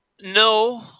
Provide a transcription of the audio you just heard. No